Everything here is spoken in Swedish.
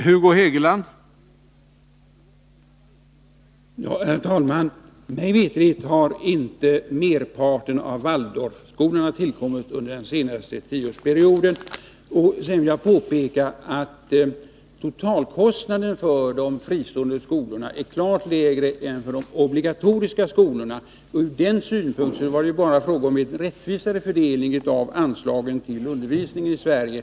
Herr talman! Mig veterligt har inte merparten av Waldorfskolorna tillkommit under den senaste tioårsperioden. Sedan vill jag påpeka att totalkostnaden för de fristående skolorna är klart lägre än för de obligatoriska skolorna. Ur den synvinkeln är det bara fråga om en rättvisare fördelning av anslagen till undervisningen i Sverige.